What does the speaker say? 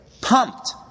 Pumped